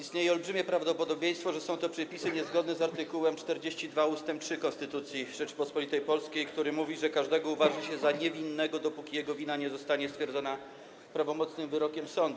Istnieje olbrzymie prawdopodobieństwo, że są to przepisy niezgodne z art. 42 ust. 3 Konstytucji Rzeczypospolitej Polskiej, który mówi, że każdego uważa się za niewinnego, dopóki jego wina nie zostanie stwierdzona prawomocnym wyrokiem sądu.